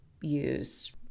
use